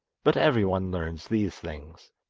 but every one learns these things.